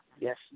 Yes